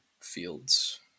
fields